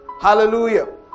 Hallelujah